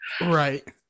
right